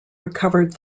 recovered